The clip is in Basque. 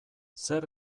zer